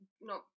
no